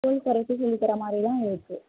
ஸ்கூலுக்கு வர வைச்சி சொல்லி தர்ற மாதிரி தான் இருக்குது